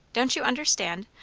don't you understand?